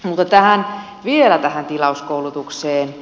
mutta vielä tähän tilauskoulutukseen